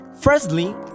Firstly